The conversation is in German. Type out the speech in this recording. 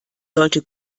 sollte